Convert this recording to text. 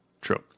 True